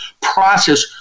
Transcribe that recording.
process